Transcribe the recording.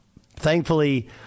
thankfully